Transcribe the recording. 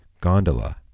Gondola